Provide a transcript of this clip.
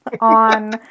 on